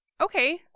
okay